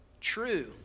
true